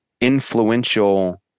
influential